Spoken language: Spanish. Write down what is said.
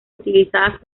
utilizadas